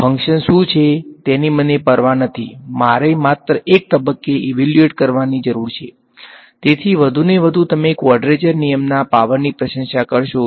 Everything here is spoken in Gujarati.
ફંક્શન શું છે તેની મને પરવા નથી મારે માત્ર એક તબક્કે ઈવેલ્યુએટ કરો